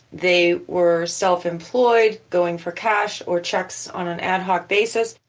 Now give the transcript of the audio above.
they were self-employed, going for cash or checks on an ad hoc basis.